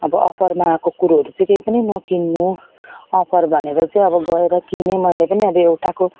अब अफरमा आएको कुरोहरू चाहिँ केही पनि नकिन्नु अफर भनेर चाहिँ अब गएर किने मैले पनि अब एउटाको